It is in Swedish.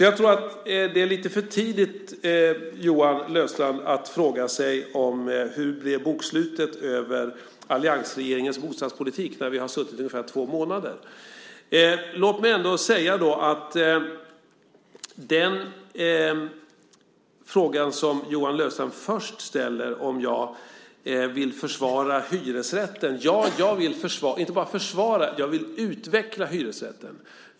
Jag tror att det är lite för tidigt, Johan Löfstrand, att fråga sig hur bokslutet blev med alliansregeringens bostadspolitik när vi suttit vid makten i ungefär två månader. Låt mig beträffande den fråga som Johan Löfstrand först ställde, alltså om jag vill försvara hyresrätten, säga att ja, jag inte bara vill försvara utan även utveckla hyresrätten.